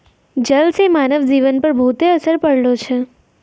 जल से मानव जीवन पर बहुते असर पड़लो छै